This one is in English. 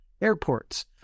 airports